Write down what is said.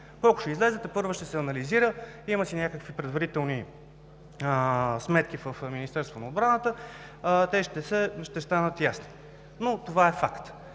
Колко ще излезе, тепърва ще се анализира, има си някакви предварителни сметки в Министерство на отбраната, те ще станат ясни. Но това е факт.